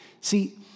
See